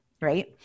right